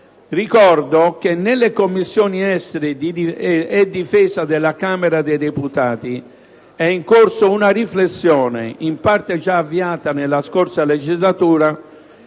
ricordo che nelle Commissioni esteri e difesa della Camera dei deputati è in corso una riflessione, in parte già avviata nella scorsa legislatura,